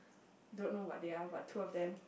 don't know what they are but two of them